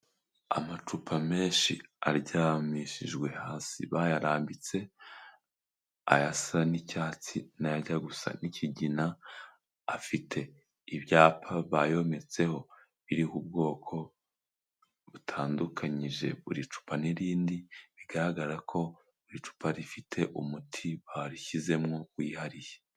Amacupa menshi aryamishijwe hasi bayarambitse aya asa n'icyatsi n'ayajya gusa n'ikigina afite ibyapa bayometseho biriho ubwoko butandukanyije buri cupa n'irindi bigaragara ko buri cupa rifite umuti barishyizemo wihariye.